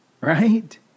Right